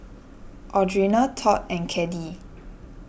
Audrina Todd and Caddie